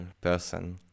person